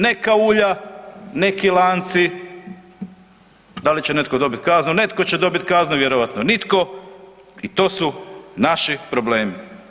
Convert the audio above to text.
Neka ulja, neki lanci, da li će netko dobiti kaznu, netko će dobiti kaznu, vjerojatno nitko, i to su naši problemi.